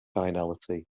finality